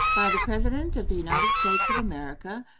by the president of the united states of america.